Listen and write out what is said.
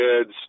kids